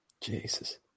Jesus